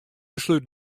beslút